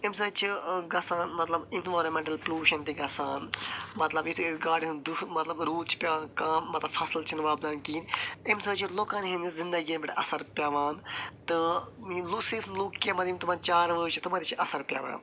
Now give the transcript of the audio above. امہِ سۭتۍ چھُ گژھان مطلب اینوارمینٹل پلوٗشن تہِ گژھان مطلب یُتھے أسۍ گاڑٮ۪ن ہُنٛد دٕہ مطلب روٗد چھُ پٮ۪وان کم مطلب فصل چھِ نہٕ وۄبدان کہیٖنۍ امہِ سۭتۍ چھِ لُکن ہنٛزِ زندگی پٮ۪ٹھ اثر پٮ۪وان تہٕ لوٗک کہِ یِم تِمن چاروٲے چھِ تِمن تہِ چھُ اثر پٮ۪وان